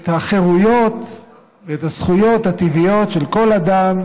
החירויות ואת הזכויות הטבעיות של כל אדם,